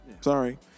Sorry